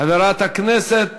חברת הכנסת